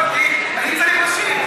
הוא תקף אותי, אני צריך להשיב.